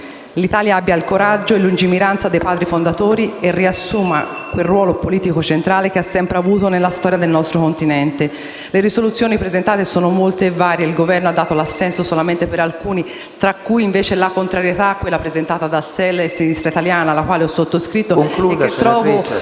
L'Italia abbia il coraggio e la lungimiranza dei padri fondatori e riassuma quel ruolo politico centrale che ha sempre avuto nella storia del nostro Continente. Le risoluzioni presentate sono molte e varie. Il Governo ha dato l'assenso solamente ad alcune, e la contrarietà a quella presentata dal Gruppo SEL e Sinistra Italiana, che io ho sottoscritto